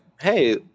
Hey